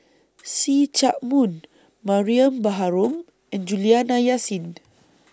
See Chak Mun Mariam Baharom and Juliana Yasin